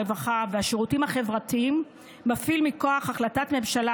הרווחה והשירותים החברתיים מפעיל מכוח החלטת ממשלה